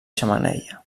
xemeneia